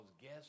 guess